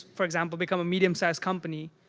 for example, become a medium-size company,